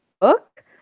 book